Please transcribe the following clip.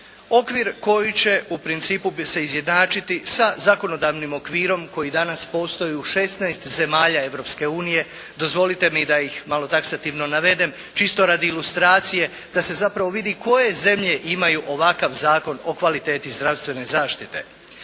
principu bi se izjednačiti sa zakonodavnim okvirom koji danas postoji u 16 zemalja Europske unije. Dozvolite mi da ih malo taksativno navedem čisto radi ilustracije da se zapravo vidi koje zemlje imaju ovakav Zakon o kvaliteti zdravstvene zaštite.